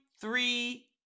Three